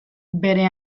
bere